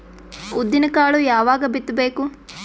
ಉದ್ದಿನಕಾಳು ಯಾವಾಗ ಬಿತ್ತು ಬೇಕು?